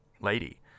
lady